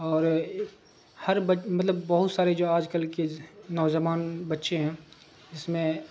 اور ہر مطلب بہت سارے جو آج کل کے نوجوان بچے ہیں جس میں